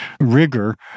rigor